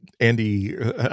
Andy